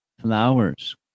flowers